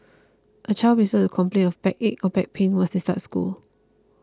a child may start to complain of backache or back pain once they start school